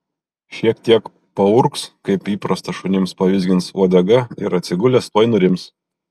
šiek tiek paurgs kaip įprasta šunims pavizgins uodega ir atsigulęs tuoj nurims